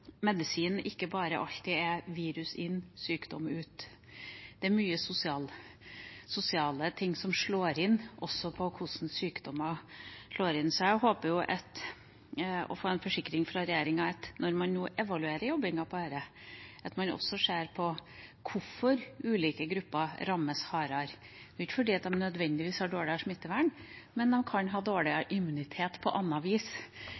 ikke alltid bare er virus inn – sykdom ut. Det er mange sosiale ting som slår inn på hvordan sykdom rammer. Så jeg håper å få en forsikring fra regjeringen om at man når man evaluerer jobbingen med dette, også vil se på hvorfor ulike grupper rammes hardere. De har ikke nødvendigvis dårligere smittevern – man kan ha dårligere immunitet på annet vis